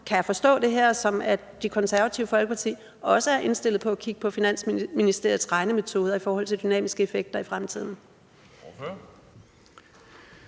Kan jeg forstå det her som, at Det Konservative Folkeparti også er indstillet på at kigge på Finansministeriets regnemetoder i forhold til dynamiske effekter i fremtiden?